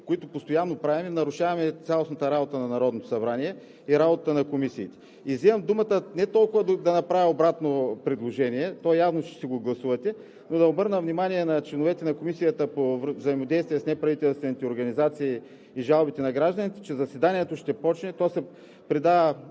които постоянно правим, нарушаваме цялостната работа на Народното събрание и работата на комисиите. Вземам думата не толкова да направя обратно предложение – явно е, че ще си го гласувате, но да обърна внимание на членовете на Комисията по взаимодействие с неправителствените организации и жалбите на гражданите, че заседанието ще започне.